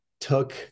took